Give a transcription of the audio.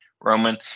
Roman